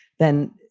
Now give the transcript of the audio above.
then,